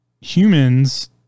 humans